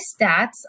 stats